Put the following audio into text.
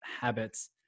habits